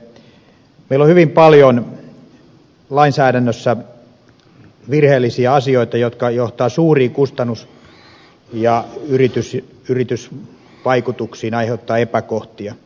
meillä on hyvin paljon lainsäädännössä virheellisiä asioita jotka johtavat suuriin kustannus ja yritysvaikutuksiin ja aiheuttavat epäkohtia